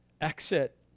exit